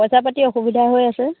পইচা পাতি অসুবিধা হৈ আছে